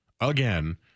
again